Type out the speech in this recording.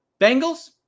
Bengals